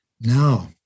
Now